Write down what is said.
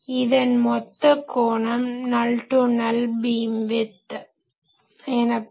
இதன் மொத்த கோணம் நல் டு நல் பீம்விட்த் எனப்படும்